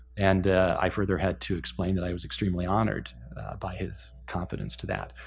and i further had to explain that i was extremely honored by his confidence to that.